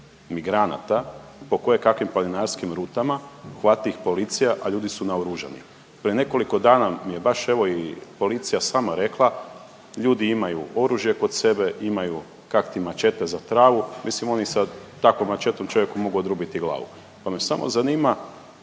migranata po kojekakvim planinarskim rutama, uhvati ih policija, a ljudi su naoružani. Prije nekoliko dana mi je baš evo i policija sama rekla, ljudi imaju oružje kod sebe, imaju, kak ti, mačete za travu, mislim oni sa takvom mačetom čovjeku mogu odrubiti glavu, pa me samo zanima,